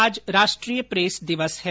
आज राष्ट्रीय प्रेस दिवस है